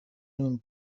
nun